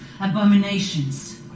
abominations